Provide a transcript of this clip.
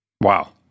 Wow